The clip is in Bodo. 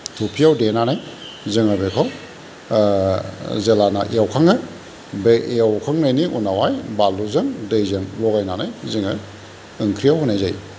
थुबसियाव देनानै जोङो बेखौ जेलाना एवखाङो बे एवखांनायनि उनावहाय बानलुजों दैजों लगायनानै जोङो ओंख्रियाव होनाय जायो